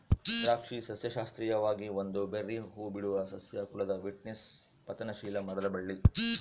ದ್ರಾಕ್ಷಿ ಸಸ್ಯಶಾಸ್ತ್ರೀಯವಾಗಿ ಒಂದು ಬೆರ್ರೀ ಹೂಬಿಡುವ ಸಸ್ಯ ಕುಲದ ವಿಟಿಸ್ನ ಪತನಶೀಲ ಮರದ ಬಳ್ಳಿ